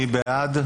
מי בעד?